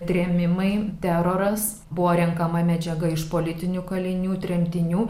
trėmimai teroras buvo renkama medžiaga iš politinių kalinių tremtinių